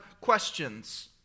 questions